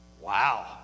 Wow